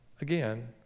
again